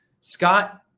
Scott